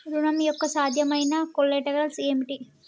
ఋణం యొక్క సాధ్యమైన కొలేటరల్స్ ఏమిటి?